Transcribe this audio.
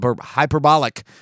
hyperbolic